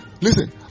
listen